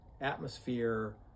atmosphere